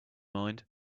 mind